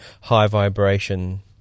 high-vibration